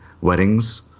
weddings